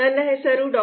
ನನ್ನ ಹೆಸರು ಡಾ